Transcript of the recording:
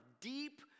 deep